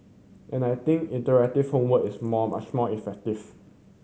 and I think interactive homework is more much more effective